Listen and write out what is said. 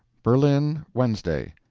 berlin, wednesday.